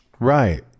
Right